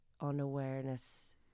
unawareness